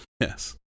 Yes